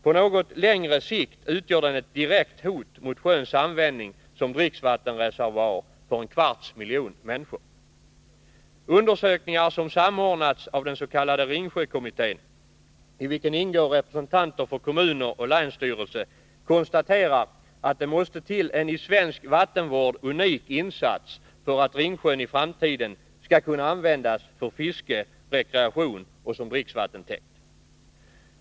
På något längre sikt utgör den ett direkt hot mot sjöns användning som dricksvattensreservoar för en kvarts miljon människor. Undersökningar som samordnats av den s.k. Ringsjökommittén — i vilken ingår representanter för kommuner och länsstyrelse — konstaterar att det måste till en i svensk vattenvård unik insats för att Ringsjön i framtiden skall kunna användas för fiske, rekreation och som dricksvattenstäkt.